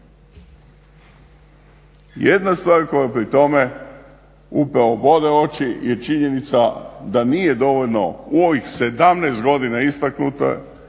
Jedna stvar koja pri tome upravo bode u oči je činjenica da nije dovoljno u ovih 17 godina istaknuta,